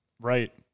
right